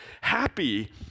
happy